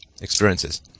experiences